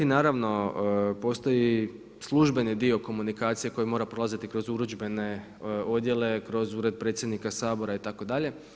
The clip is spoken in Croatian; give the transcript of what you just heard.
Naravno postoji službeni dio komunikacije koji mora prolaziti kroz urudžbene odjele, kroz Ured predsjednika Sabora itd.